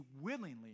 willingly